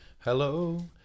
hello